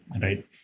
right